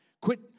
Quit